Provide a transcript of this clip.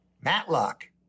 Matlock